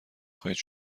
خواهید